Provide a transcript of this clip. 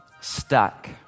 stuck